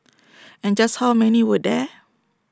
and just how many were there